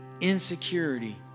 insecurity